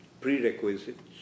prerequisites